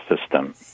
system